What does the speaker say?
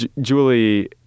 Julie